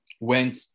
went